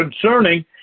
concerning